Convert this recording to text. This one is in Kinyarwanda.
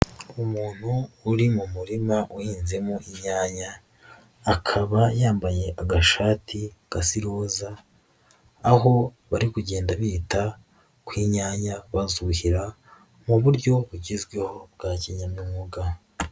Umuntu uri mu murima uhinzemo imyanya, akaba yambaye agashati gasa iroza, aho bari kugenda bita kw'inyanya bazuhira mu buryo bugezweho bwa kinyamwuga.